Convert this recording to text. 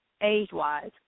age-wise